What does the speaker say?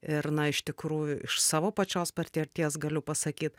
ir na iš tikrųjų iš savo pačios patirties galiu pasakyt